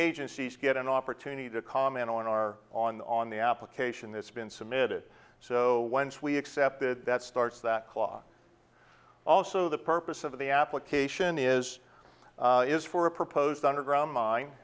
agencies get an opportunity to comment on our on the application this been submitted so once we accepted that starts that claw also the purpose of the application is is for a proposed underground mine